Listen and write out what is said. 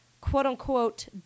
quote-unquote